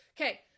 Okay